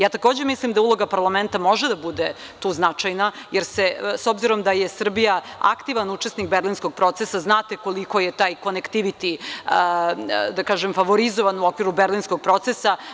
Ja takođe mislim da uloga parlamenta može da bude tu značajna, jer se s obzirom da je Srbija aktivan učesnik Berlinskog procesa, znate koliko je taj konektiviti favorizovan u okviru Berlinskog procesa.